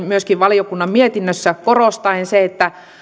myöskin valiokunnan mietinnössä korostaen se että